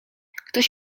ktoś